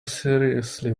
seriously